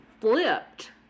flipped